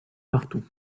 partout